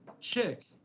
chick